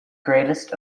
greatest